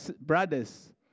brothers